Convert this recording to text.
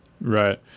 right